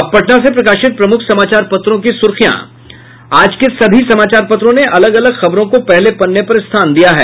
अब पटना से प्रकाशित प्रमुख समाचार पत्रों की सुर्खियां आज के सभी समाचार पत्रों ने अलग अलग खबरों को पहले पन्ने पर स्थान दिया है